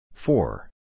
Four